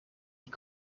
die